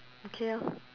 okay orh